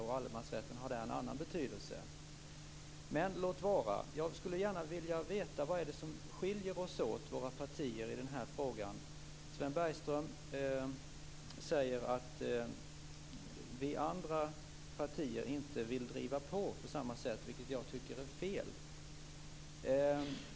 Där har allemansrätten en annan betydelse, men låt vara. Jag skulle gärna vilja veta vad det är som skiljer våra partier åt i den här frågan. Sven Bergström säger att vi andra partier inte vill driva på, vilket jag tycker är fel.